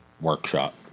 workshop